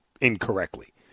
incorrectly